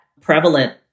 prevalent